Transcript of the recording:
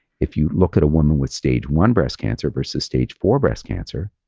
if you look at a woman with stage one breast cancer versus stage four breast cancer,